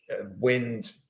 wind